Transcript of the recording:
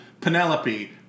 Penelope